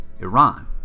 Iran